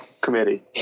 committee